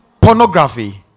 pornography